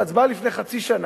להצבעה לפני חצי שנה.